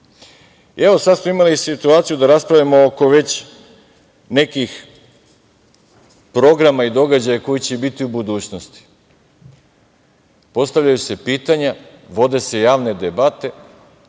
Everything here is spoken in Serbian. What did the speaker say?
sad smo imali situaciju da raspravljamo oko već nekih programa i događaja koji će biti u budućnosti. Postavljaju se pitanja, vode se javne debate,